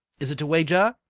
is it a wager?